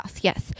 yes